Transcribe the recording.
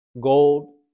gold